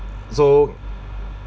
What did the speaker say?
so